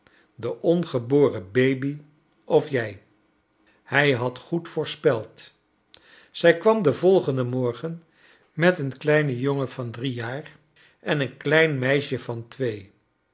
de ongeboren baby of jij hrj had goed voorspeld zij kwam den volgenden morgen met een kleinen jongen van drie jaar en een klein meisje van twee